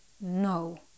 no